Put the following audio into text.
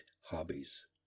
Hobbies